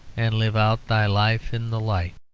and live out thy life in the light